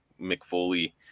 McFoley